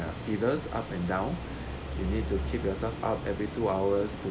fever is up and down you need to keep yourself up every two hours to